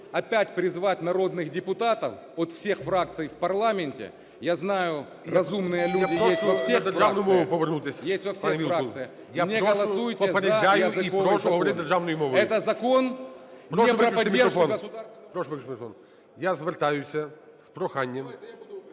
Я звертаюся з проханням…